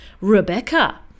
Rebecca